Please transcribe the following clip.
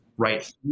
right